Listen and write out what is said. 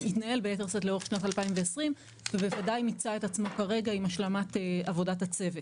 לאורך שנת 2020 ובוודאי מיצה את עצמו כרגע עם השלמת עבודת הצוות.